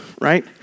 right